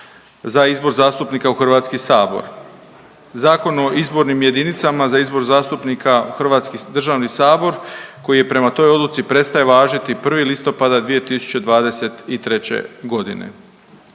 za izbor zastupnika u HS. Zakon o izbornim jedinicama za izbor zastupnika u Hrvatski državni sabor koji je prema toj Odluci prestaje važiti 1. listopada 2023.g..